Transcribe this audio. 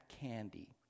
candy